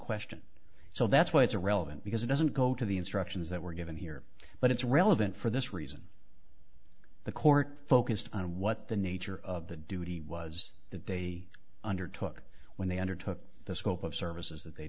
question so that's why it's relevant because it doesn't go to the instructions that were given here but it's relevant for this reason the court focused on what the nature of the duty was that they undertook when they undertook the scope of services that they